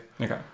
Okay